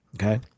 Okay